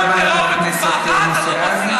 תודה רבה לחבר הכנסת מוסי רז.